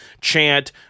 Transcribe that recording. chant